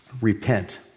repent